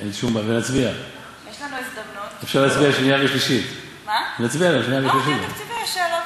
יש לנו הזדמנות, אין שום בעיה.